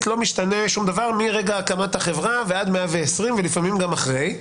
לא משתנה שום דבר מרגע הקמת החברה ועד 120 ולפעמים גם אחרי,